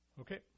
Okay